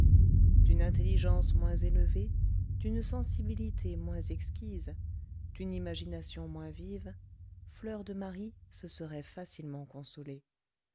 d'une intelligence moins élevée d'une sensibilité moins exquise d'une imagination moins vive fleur de marie se serait facilement consolée